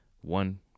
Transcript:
one